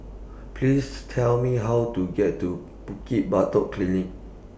Please Tell Me How to get to Bukit Batok Polyclinic